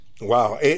Wow